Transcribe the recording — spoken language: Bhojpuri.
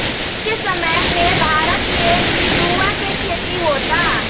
आज के समय में भारत में भी रुआ के खेती होता